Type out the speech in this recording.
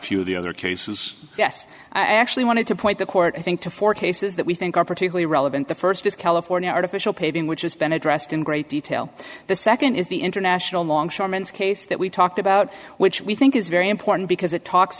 few of the other cases yes i actually wanted to point the court i think to four cases that we think are particularly relevant the first is california artificial paving which has been addressed in great detail the second is the international longshoremen's case that we talked about which we think is very important because it talks